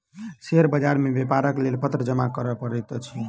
share बाजार मे व्यापारक लेल पत्र जमा करअ पड़ैत अछि